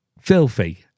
filthy